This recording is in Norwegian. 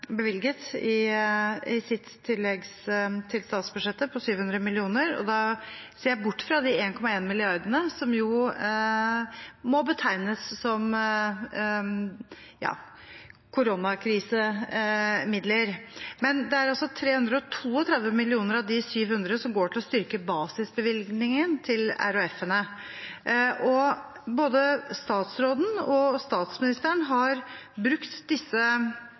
bevilget i sitt tillegg til statsbudsjettet, på 700 mill. kr. Da ser jeg bort fra 1,3 mrd. kr som må betegnes som koronakrisemidler. Det er altså 332 mill. kr av de 700 mill. kr som går til å styrke basisbevilgningen til RHF-ene. Både statsråden og statsministeren har brukt disse